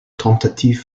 tentative